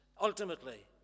ultimately